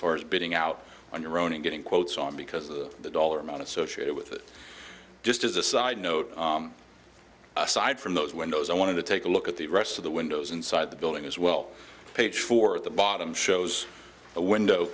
far as bidding out on your own and getting quotes on because of the dollar amount associated with it just as a side note aside from those windows i want to take a look at the rest of the windows inside the building as well page four at the bottom shows a window